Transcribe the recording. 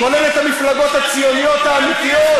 90. כולל המפלגות הציוניות האמיתיות,